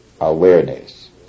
awareness